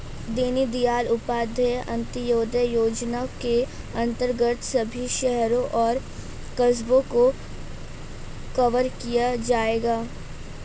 दीनदयाल उपाध्याय अंत्योदय योजना के अंतर्गत सभी शहरों और कस्बों को कवर किया जाएगा